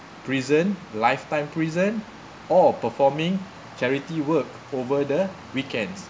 prison lifetime prison or performing charity work over the weekends